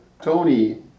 Tony